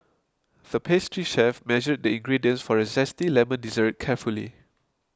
the pastry chef measured the ingredients for a Zesty Lemon Dessert carefully